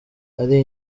ari